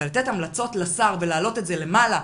אבל לתת המלצות לשר ולהעלות את זה למעלה,